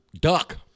Duck